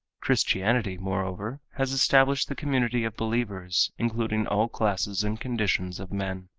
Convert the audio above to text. christianity, moreover, has established the community of believers including all classes and conditions of men.